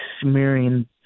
smearing